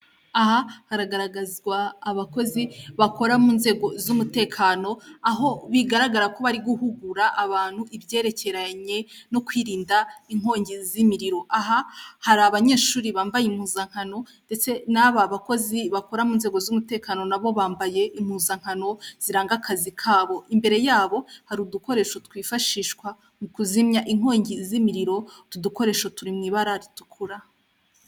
Aha haragaragazwa abakozi bakora mu nzego z'umutekano aho bigaragara ko bari guhugura abantu ibyerekeranye no kwirinda inkongi z'imiriro. Aha hari abanyeshuri bambaye impuzankano ndetse n'aba bakozi bakora mu nzego z'umutekano nabo bambaye impuzankano ziranga akazi kabo. Imbere yabo hari udukoresho twifashishwa mu kuzimya inkongi z'imiriro. Utu dukoresho turi mu ibara ritukura.